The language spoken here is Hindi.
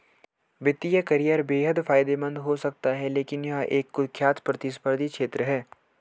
वित्तीय करियर बेहद फायदेमंद हो सकता है लेकिन यह एक कुख्यात प्रतिस्पर्धी क्षेत्र है